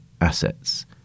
assets –